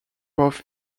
both